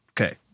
Okay